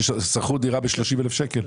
ששכרו דירה ב-30,000 ₪?